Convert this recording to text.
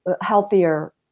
healthier